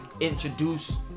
introduce